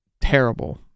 terrible